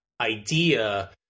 idea